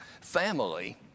Family